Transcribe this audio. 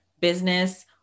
business